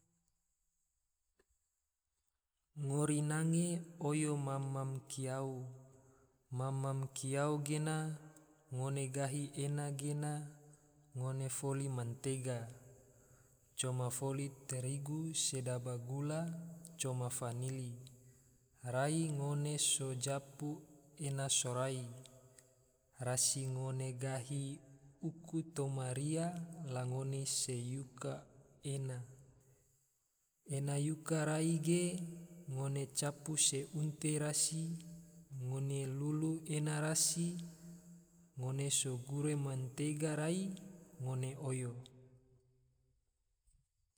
Ngori nange oyo mam-mam kiyau, mam-mam kiyau gena, ngone gahi ena gena, ngone foli mantega, voma foli terigu sedaba gula, coma fanili. rai ngone so japu ena sorai, rasi ngone gahi uku toma ria, la ngone so yuka ena, ena yuka rai ge, ngone capu se unti rasi, ngone lulu ena rasi, ngone sogure mantega rai, ngone oyo